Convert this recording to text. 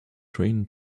train